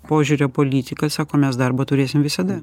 požiūrio politika sako mes darbo turėsim visada